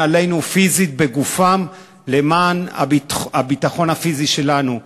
עלינו פיזית בגופו למען הביטחון הפיזי שלנו,